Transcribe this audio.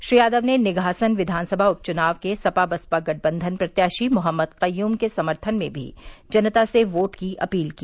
श्री यादव ने निघासन विधानसभा उप चुनाव के सपा बसपा गठबंधन प्रत्याशी मोहम्मद कय्यूम के समर्थन में भी जनता से वोट की अपील की